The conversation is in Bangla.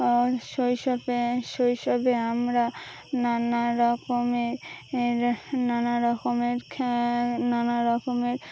শৈশবে শৈশবে আমরা নানা রকমের নানা রকমের নানা রকমের